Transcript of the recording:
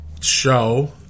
show